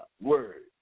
word